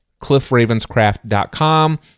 cliffravenscraft.com